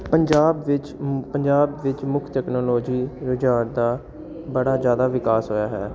ਪੰਜਾਬ ਵਿੱਚ ਪੰਜਾਬ ਵਿੱਚ ਮੁੱਖ ਟੈਕਨੋਲੋਜੀ ਰੁਝਾਨ ਦਾ ਬੜਾ ਜ਼ਿਆਦਾ ਵਿਕਾਸ ਹੋਇਆ ਹੈ